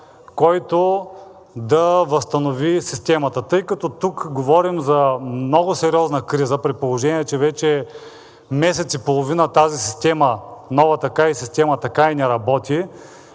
който да възстанови системата. Тъй като тук говорим за много сериозна криза, при положение че вече месец и половина тази нова система така и не работи,